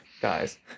guys